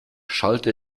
schallte